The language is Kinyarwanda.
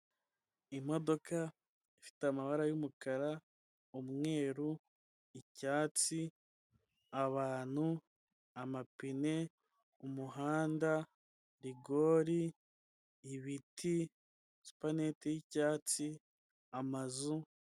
Imodoka ifite amabara yumukara, umweru, icyatsi, abantu, amapine ,umuhanda rigori, ibiti supanete y'icyatsi, amazu.